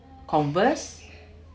Converse